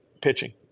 pitching